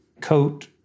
coat